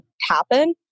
happen